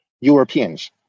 Europeans